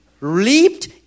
leaped